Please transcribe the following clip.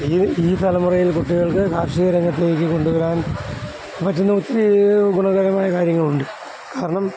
ഈ ഈ തലമുറയിൽ കുട്ടികൾക്ക് കാർഷിക രംഗത്തിലേക്ക് കൊണ്ടുവരാൻ പറ്റുന്ന ഒത്തിരി ഗുണകരമായ കാര്യങ്ങളുണ്ട് കാരണം